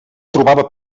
trobava